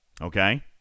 Okay